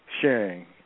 sharing